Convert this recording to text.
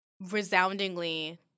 resoundingly